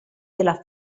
della